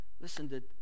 Listen